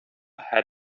had